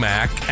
Mac